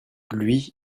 lui